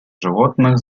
животных